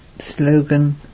Slogan